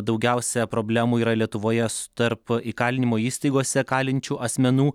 daugiausia problemų yra lietuvoje tarp įkalinimo įstaigose kalinčių asmenų